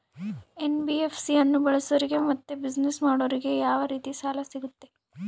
NBFC ಅನ್ನು ಬಳಸೋರಿಗೆ ಮತ್ತೆ ಬಿಸಿನೆಸ್ ಮಾಡೋರಿಗೆ ಯಾವ ರೇತಿ ಸಾಲ ಸಿಗುತ್ತೆ?